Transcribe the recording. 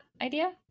idea